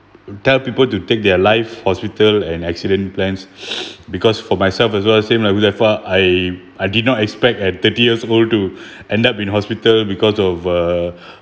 tell people to take their life hospital and accident plans because for myself as well as same like huzaifal I I did not expect at thirty years old to end up in hospital because of uh